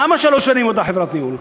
למה שלוש שנים אותה חברת ניהול?